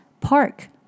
Park